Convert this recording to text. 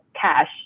cash